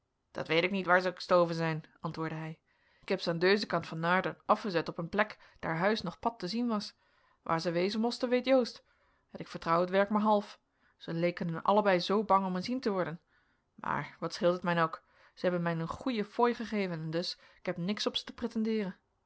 dat weet ik niet waar ze estoven zijn antwoordde hij ik heb ze aan deuzen kant van naarden of'ezet op een plek daar huis noch pad te zien was waar ze wezen mosten weet joost en ik vertrouw het werk maar half ze lekenen allebei zoo bang om ezien te worden maar wat scheelt het mijn ook ze hebben mijn een goeie fooi egeven en dus ik heb niks op ze te prittendeeren